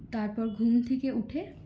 তারপর ঘুম থেকে উঠে